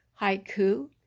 haiku